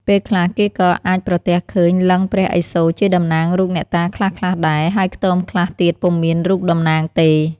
ពេលខ្លះគេក៏អាចប្រទះឃើញលិង្គព្រះឥសូរជាតំណាងរូបអ្នកតាខ្លះៗដែរ ហើយខ្ទមខ្លះទៀតពុំមានរូបតំណាងទេ។